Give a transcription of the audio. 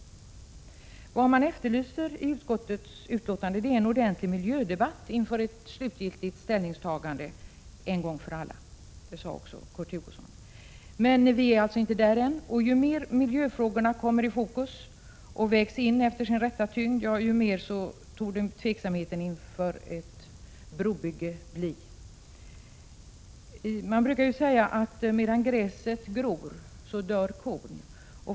Det man i utskottets utlåtande efterlyser är en ordentlig miljödebatt inför ett slutgiltigt ställningstagande. Det sade också Kurt Hugosson. Men vi är inte där än. Ju mer miljöfrågorna kommer i fokus och vägs in efter sin rätta tyngd, desto större torde tveksamheten inför ett brobygge bli. Man brukar säga att medan gräset gror dör kon.